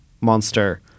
monster